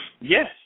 Yes